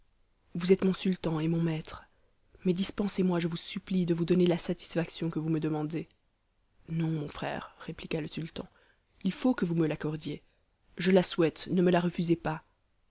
vous êtes mon sultan et mon maître mais dispensez-moi je vous supplie de vous donner la satisfaction que vous me demandez non mon frère répliqua le sultan il faut que vous me l'accordiez je la souhaite ne me la refusez pas